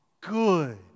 good